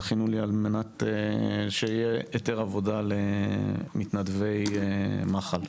תכינו לי על מנת שיהיה היתר עבודה למתנדבי מח"ל.